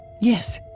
yes.